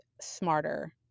smarter